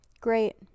great